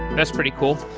that's pretty cool.